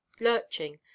lurching